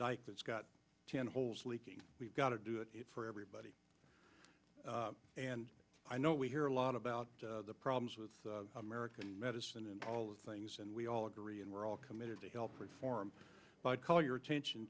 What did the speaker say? that's got ten holes leaking we've got to do it for everybody and i know we hear a lot about the problems with american medicine and all things and we all agree and we're all committed to help reform but call your attention